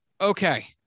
okay